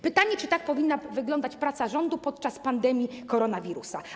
Pytanie: Czy tak powinna wyglądać praca rządu podczas pandemii koronawirusa?